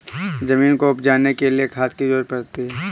ज़मीन को उपजाने के लिए खाद की ज़रूरत पड़ती है